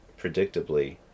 predictably